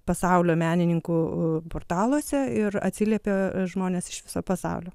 pasaulio menininkų portaluose ir atsiliepė žmonės iš viso pasaulio